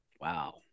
Wow